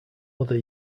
other